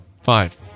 Five